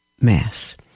mass